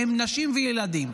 הם נשים וילדים.